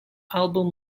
album